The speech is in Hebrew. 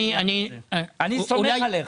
אני סומך עליך.